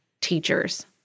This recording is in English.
teachers